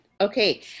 Okay